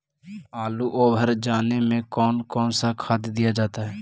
आलू ओवर जाने में कौन कौन सा खाद दिया जाता है?